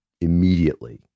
immediately